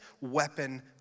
weapon